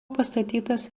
pastatytas